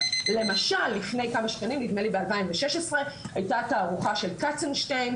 למשל לפני כמה שנים נדמה לי ב-2016 הייתה תערוכה של קצנשטיין,